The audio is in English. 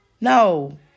No